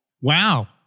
Wow